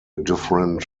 different